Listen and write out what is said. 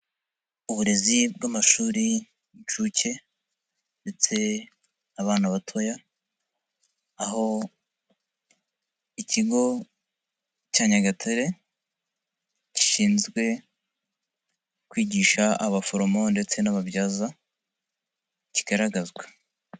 Uburezi bw'amashuri y inshuke ndetse n'abana batoya, aho ikigo cya Nyagatare gishinzwe kwigisha abaforomo ndetse n'ababyaza kigaragazwa.